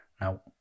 Now